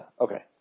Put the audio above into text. okay